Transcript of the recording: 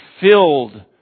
filled